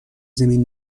زمین